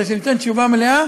כדי שאני אתן תשובה מלאה,